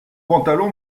pantalon